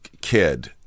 kid